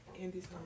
Andy's